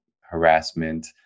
harassment